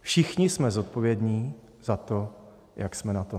Všichni jsme zodpovědní za to, jak jsme na tom.